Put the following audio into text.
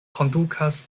kondukas